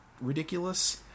ridiculous